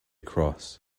cross